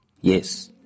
Yes